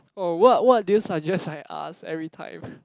oh what what do you suggest I ask everytime